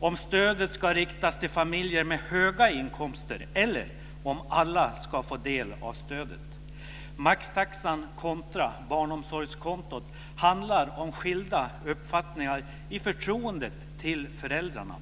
om stödet ska riktas till familjer med höga inkomster eller om alla ska få del av stödet. Maxtaxan kontra barnomsorgskontot handlar om skilda uppfattningar i förtroendet till föräldrarna.